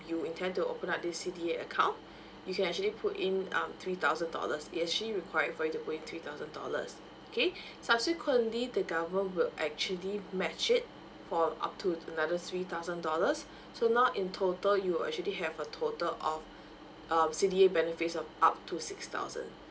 you intend to open up this C_D_A account you can actually put in um three thousand dollars it actually require for you to put in three thousand dollars okay subsequently the government will actually match it for up to another three thousand dollars so now in total you will actually have a total of uh C_D_A benefits of up to six thousand